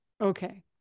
Okay